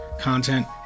content